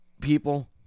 people